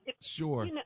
Sure